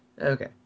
Okay